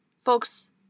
folks